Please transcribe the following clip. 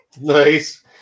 Nice